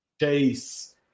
chase